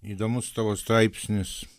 įdomus tavo straipsnis